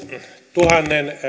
tuhannen